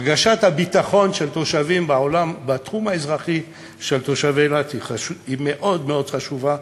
הרגשת הביטחון של תושבי אילת בתחום האזרחי היא מאוד מאוד חשובה,